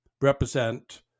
represent